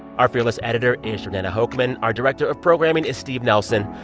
our fearless editor is jordana hochman. our director of programming is steve nelson.